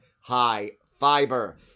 high-fiber